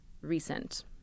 recent